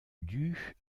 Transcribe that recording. due